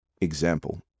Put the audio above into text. example